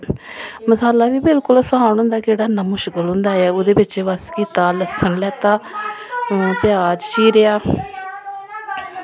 मसाला बी इन्ना आसान होंदा ऐ केह्ड़ा मुश्कल होंदा ऐ ओह्दे बिच असें केह् लैता लस्सन लैता प्याज़ चीरेआ